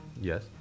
Yes